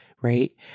right